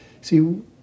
See